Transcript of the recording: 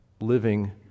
living